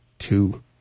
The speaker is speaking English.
Two